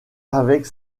avec